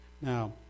Now